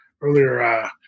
earlier –